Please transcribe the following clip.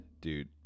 Dude